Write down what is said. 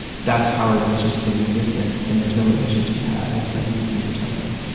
that's how our relationship existed and there is no relationship to be had unless i need him for something.